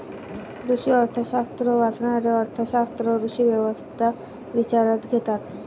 कृषी अर्थशास्त्र वाचणारे अर्थ शास्त्रज्ञ कृषी व्यवस्था विचारात घेतात